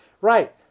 Right